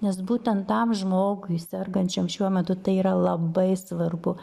nes būtent tam žmogui sergančiam šiuo metu tai yra labai svarbu